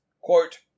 quote